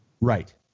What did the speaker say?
Right